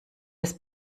des